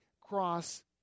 cross